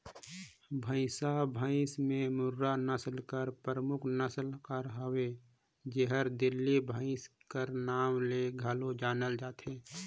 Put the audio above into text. भंइसा भंइस में मुर्रा नसल हर परमुख नसल कर हवे जेहर दिल्ली भंइस कर नांव ले घलो जानल जाथे